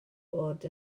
fod